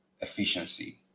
Efficiency